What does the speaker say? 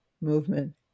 movement